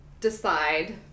decide